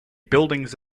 buildings